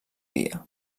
dia